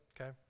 okay